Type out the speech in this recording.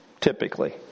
typically